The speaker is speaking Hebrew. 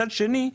מצד שני,